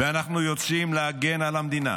ואנחנו יוצאים להגן על המדינה